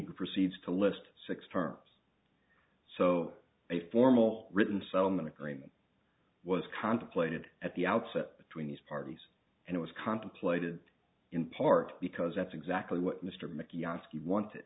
proceeds to list six terms so a formal written settlement agreement was contemplated at the outset between these parties and it was contemplated in part because that's exactly what mr